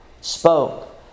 spoke